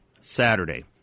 Saturday